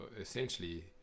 essentially